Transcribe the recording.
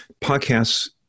podcasts